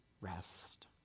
rest